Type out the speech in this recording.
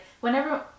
whenever